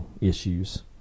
issues